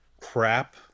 crap